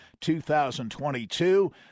2022